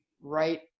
right